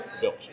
built